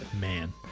Man